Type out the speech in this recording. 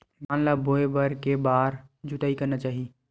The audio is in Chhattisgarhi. धान ल बोए बर के बार जोताई करना चाही?